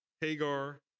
Hagar